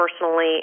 personally